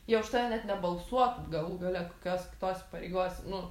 jie už tave net nebalsuotų galų gale kas kitose pareigose nu